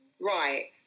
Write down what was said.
Right